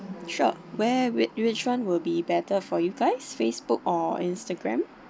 sure where whi~ which one will be better for you guys Facebook or Instagram